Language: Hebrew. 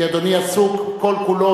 כי אדוני עסוק כל כולו